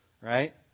right